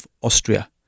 Austria